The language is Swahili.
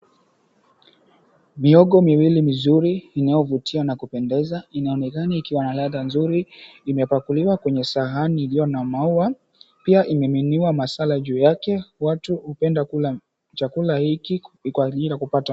Mihogo miwili mizuri inayovutia na kupendeza inaonekana ikiwa na ladha nzuri imepakuliwa kwenye sahani iliyo na maua pia imemiminiwa masala juu yake watu hupenda kula chakula hiki kwa ajili ya kupata.